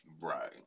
Right